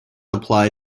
apply